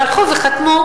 והלכו וחתמו.